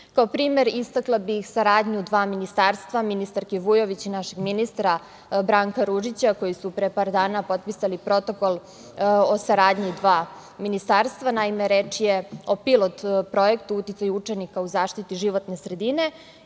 primer, istakla bih saradnju dva ministarstva, ministarke Vujović i našeg ministra Branka Ružića koji su pre par dana potpisali Protokol o saradnji dva ministarstva. Naime, reč je o pilot projektu – Uticaj učenika u zaštiti životne sredine.